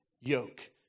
yoke